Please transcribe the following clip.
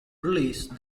release